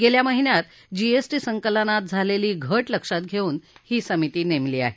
गेल्या महिन्यात जीएसटी संकलनात झालेली घट लक्षात घेऊन ही समिती नेमली आहे